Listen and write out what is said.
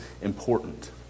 important